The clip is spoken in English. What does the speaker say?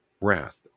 wrath